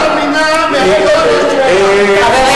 התיאוריה שלו גם יותר אמינה מהתיאוריה, חברים.